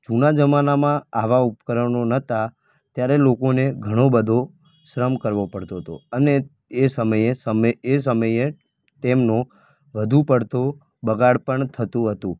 જૂના જમાનામાં આવા ઉપકરણો નહોતા ત્યારે લોકોને ઘણો બધો શ્રમ કરવો પડતો હતો અને એ સમયે સમે એ સમયે તેમનો વધુ પડતો બગાડ પણ થતું હતું